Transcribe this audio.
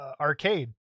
arcade